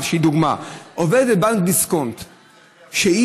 איזושהי דוגמה: עובדת בנק דיסקונט הגישה,